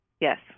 Yes